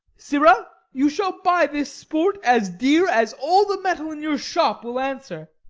sirrah, you shall buy this sport as dear as all the metal in your shop will answer.